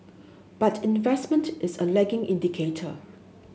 but investment is a lagging indicator